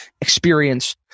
experience